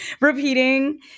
repeating